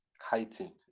heightened